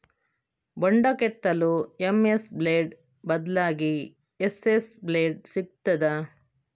ಬೊಂಡ ಕೆತ್ತಲು MS blade ಬದ್ಲಾಗಿ ಎಸ್.ಎಸ್ ಬ್ಲೇಡ್ ಸಿಕ್ತಾದ?